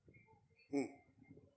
mm